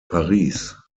paris